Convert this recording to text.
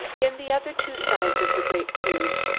in the other two sides of the great cube,